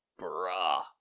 bruh